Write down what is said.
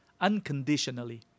unconditionally